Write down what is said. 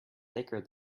thicker